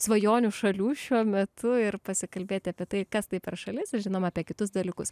svajonių šalių šiuo metu ir pasikalbėti apie tai kas tai per šalis ir žinoma apie kitus dalykus